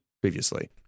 previously